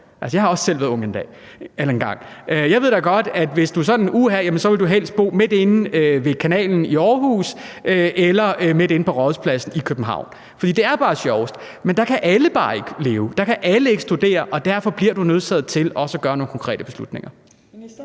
jeg har også selv prøvet at være unge engang – at man helst vil bo sådan midt inde ved kanalen i Aarhus eller midt inde ved Rådhuspladsen i København. For det er bare sjovest. Men dér kan alle bare ikke leve; dér kan alle ikke studere. Og derfor bliver man nødsaget til også at træffe nogle konkrete beslutninger. Kl.